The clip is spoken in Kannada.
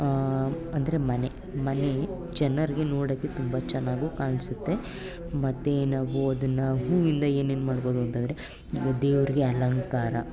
ಅಂದರೆ ಮನೆ ಮನೆ ಜನರಿಗೆ ನೋಡೋಕ್ಕೆ ತುಂಬ ಚೆನ್ನಾಗು ಕಾಣಿಸುತ್ತೆ ಮತ್ತು ನಾವು ಅದನ್ನು ಹೂವು ಇಂದ ಏನೇನು ಮಾಡ್ಬೌದು ಅಂತಂದರೆ ದೇವರಿಗೆ ಅಲಂಕಾರ